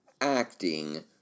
acting